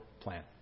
plan